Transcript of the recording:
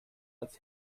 als